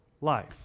life